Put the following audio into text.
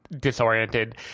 disoriented